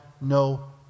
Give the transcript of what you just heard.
no